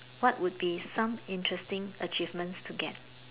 what would be some interesting achievements to get